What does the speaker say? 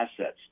assets